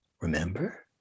remember